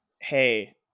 Hey